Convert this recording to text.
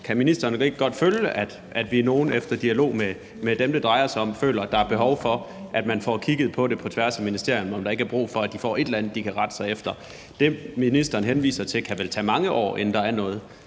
kan ministeren så ikke godt følge, at vi er nogle, som efter at have været i dialog med dem, det drejer sig, føler, at der er behov for, at man får kigget på det på tværs af ministerierne? Er der ikke brug for, at de får et eller andet, de kan rette sig efter? Det, ministeren henviser til, kan vel tage mange år, altså inden der er noget.